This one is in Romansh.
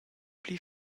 pli